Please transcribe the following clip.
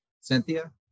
Cynthia